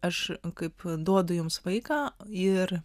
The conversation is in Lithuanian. aš kaip duodu jums vaiką ir